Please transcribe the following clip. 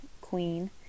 queen